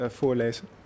voorlezen